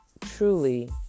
truly